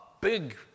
big